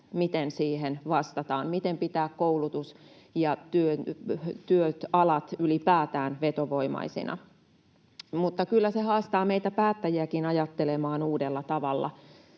miten siihen vastataan, miten pitää koulutus ja työt, alat ylipäätään vetovoimaisina. Mutta kyllä se haastaa meitä päättäjiäkin ajattelemaan uudella tavalla.